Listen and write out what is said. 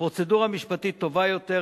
פרוצדורה משפטית טובה יותר,